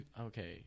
Okay